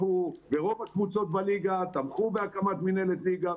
רוב הקבוצות בליגה תמכו בהקמת מינהלת ליגה,